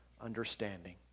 understanding